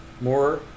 more